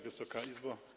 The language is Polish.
Wysoka Izbo!